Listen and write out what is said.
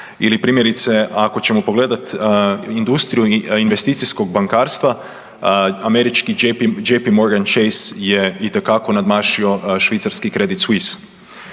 ili primjerice, ako ćemo pogledati industriju investicijskog bankarstva, američki JPMorgan Chase je itekako nadmašio švicarski Credit Suisse,